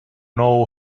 know